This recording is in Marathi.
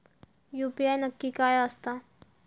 यू.पी.आय नक्की काय आसता?